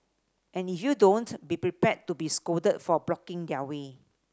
and if you don't be prepared to be scolded for blocking their way